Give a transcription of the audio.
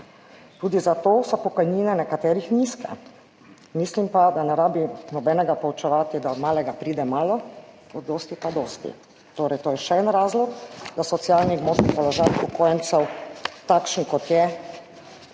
Tudi, zato so pokojnine nekaterih nizke. Mislim pa, da ne rabi nobenega poučevati, da od malega pride malo, od dosti pa dosti. Torej, to je še en razlog, da socialni gmotni položaj upokojencev takšen kot je